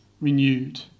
renewed